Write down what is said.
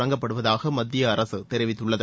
தொடங்கப்படுவதாக மத்திய அரசு தெரிவித்துள்ளது